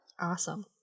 awesome